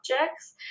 objects